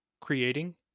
creating